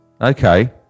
Okay